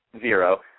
Zero